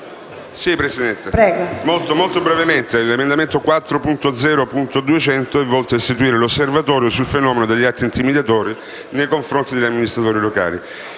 nuova finestra") *(M5S)*. L'emendamento 4.0.200 è volto ad istituire l'Osservatorio sul fenomeno degli atti intimidatori nei confronti degli amministratori locali